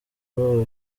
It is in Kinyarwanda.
ubu